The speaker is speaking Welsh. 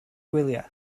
gwyliau